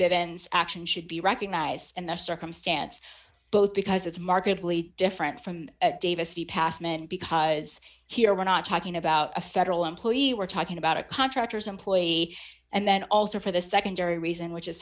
bid ends action should be recognized and their circumstance both because it's markedly different from davis v passman because here we're not talking about a federal employee we're talking about a contractor's employee and then also for the secondary reason which is